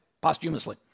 posthumously